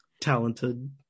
talented